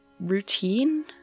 routine